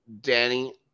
Danny